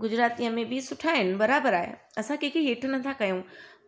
गुजरातीअ में बि सुठा आहिनि बराबरि आहे असां कंहिंखे हेठि नथा कयूं